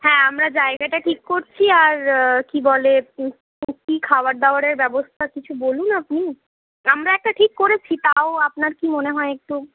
হ্যাঁ আমরা জায়গাটা ঠিক করছি আর কি বলে কি খাওয়ার দাওয়ারের ব্যবস্থা কিছু বলুন আপনি আমরা একটা ঠিক করেছি তাও আপনার কি মনে হয় একটু